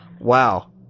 wow